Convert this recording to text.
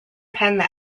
penned